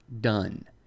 done